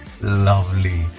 lovely